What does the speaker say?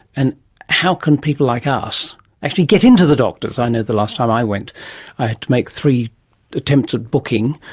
and how can people like us actually get into the doctors? i know the last time i went i had to make three attempts at booking,